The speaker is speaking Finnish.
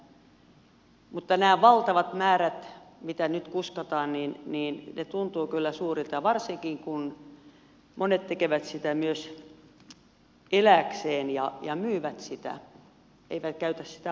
mutta nämä valtavat määrät mitä nyt kuskataan tuntuvat kyllä suurilta varsinkin kun monet tekevät sitä myös elääkseen ja myyvät sitä eivät käytä sitä omaan käyttöön